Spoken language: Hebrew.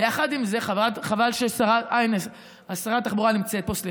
יחד עם זאת, חבל ששרת התחבורה לא נמצאת, סליחה,